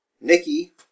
Nikki